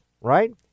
right